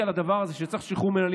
כששמעתי על הדבר הזה שצריך שחרור מינהלי,